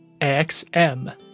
XM